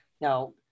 Now